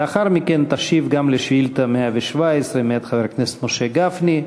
לאחר מכן תשיב גם על שאילתה 117 מאת חבר הכנסת משה גפני,